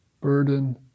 burden